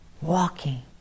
walking